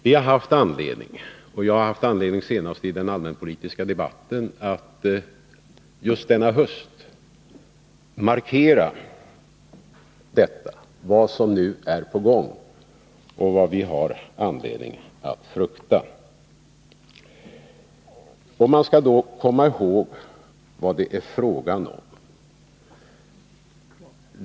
Senast i den allmänpolitiska debatten hade jag anledning att markera vad som nu pågår och vad vi har att frukta. Man skall komma ihåg vad det är fråga om.